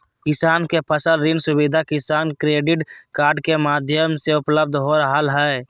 किसान के फसल ऋण सुविधा किसान क्रेडिट कार्ड के माध्यम से उपलब्ध हो रहल हई